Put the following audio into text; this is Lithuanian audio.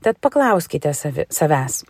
tad paklauskite savi savęs